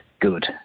good